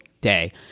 day